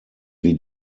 wie